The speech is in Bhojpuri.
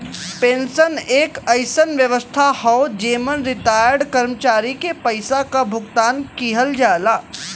पेंशन एक अइसन व्यवस्था हौ जेमन रिटार्यड कर्मचारी के पइसा क भुगतान किहल जाला